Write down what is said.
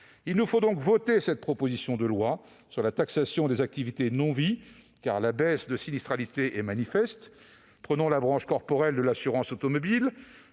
Il nous faut donc voter cette proposition de loi sur la taxation des activités non-vie, car la baisse de sinistralité est manifeste. Prenons la branche corporelle de l'assurance automobile